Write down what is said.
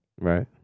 Right